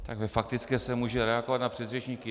Tak ve faktické se může reagovat na předřečníky.